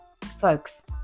folks